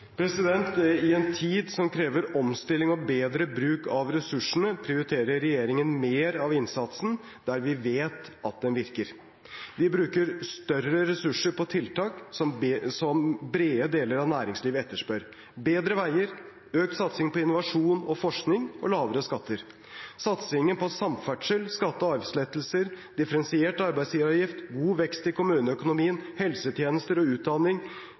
I en tid som krever omstilling og bedre bruk av ressursene, prioriterer regjeringen mer av innsatsen der vi vet at den virker. Vi bruker større ressurser på tiltak som brede deler av næringslivet etterspør: bedre veier, økt satsing på innovasjon og forskning og lavere skatter. Satsingen på samferdsel, skatte- og avgiftslettelser, differensiert arbeidsgiveravgift, god vekst i kommuneøkonomien, helsetjenester, utdanning, forskning og